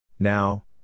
Now